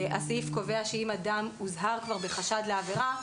הסעיף קובע שאם אדם הוזהר כבר בחשד לעבירה,